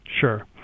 Sure